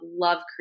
love